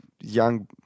young